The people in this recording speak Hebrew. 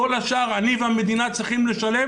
כל השאר אני והמדינה צריכים לשלם.